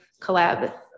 Collab